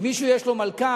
אם מישהו יש לו מלכ"ר,